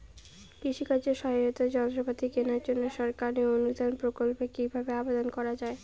কৃষি কাজে সহায়তার যন্ত্রপাতি কেনার জন্য সরকারি অনুদান প্রকল্পে কীভাবে আবেদন করা য়ায়?